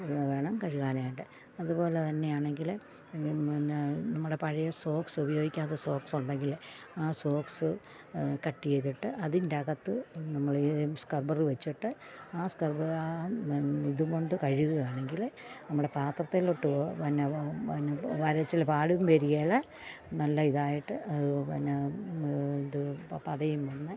വേണം കഴുകാനായിട്ട് അതുപോലെതന്നെ ആണെങ്കിൽ പിന്നെ നമ്മുടെ പഴയ സോക്സ് ഉപയോഗിക്കാത്ത സോക്സുണ്ടെങ്കിൽ ആ സോക്സ് കട്ട് ചെയ്തിട്ട് അതിൻറ്റകത്ത് നമ്മളീ സ്ക്രബർ വെച്ചിട്ട് ആ സ്ക്ര ആ ഇതുകൊണ്ട് കഴുകുകയാണെങ്കിൽ നമ്മുടെ പാത്രത്തിലോട്ടു പിന്നെ പിന്നെ വരച്ചിൽ പാടും വരികയില്ല നല്ല ഇതായിട്ട് പിന്നെ അത് പതയും വന്ന്